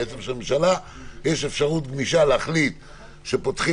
נותנת לממשלה אפשרות גמישה להחליט שפותחים